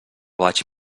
vaig